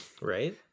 Right